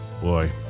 boy